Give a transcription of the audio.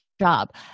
job